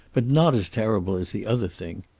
but not as terrible as the other thing.